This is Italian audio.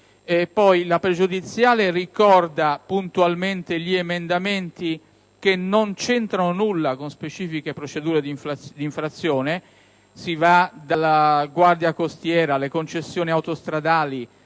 La pregiudiziale ricorda poi puntualmente gli emendamenti che non c'entrano con specifiche procedure di infrazione: si va dalla Guardia costiera alle concessioni autostradali,